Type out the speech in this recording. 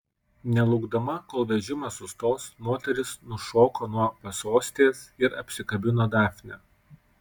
nelaukdama kol vežimas sustos moteris nušoko nuo pasostės ir apsikabino dafnę